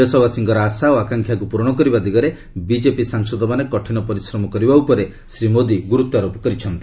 ଦେଶବାସୀଙ୍କର ଆଶା ଓ ଆକାଂକ୍ଷାକ୍ର ପ୍ରରଣ କରିବା ଦିଗରେ ବିକେପି ସାଂସଦମାନେ କଠିନ ପରିଶ୍ରମ କରିବା ଉପରେ ଶ୍ରୀ ମୋଦି ଗୁରୁତ୍ୱାରୋପ କରିଛନ୍ତି